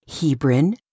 Hebron